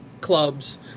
clubs